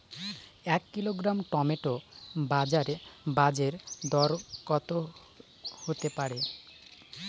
এক kilogram tomato বাজের দরকত হতে পারে?